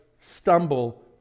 stumble